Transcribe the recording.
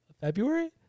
February